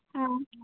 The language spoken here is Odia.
ହଁ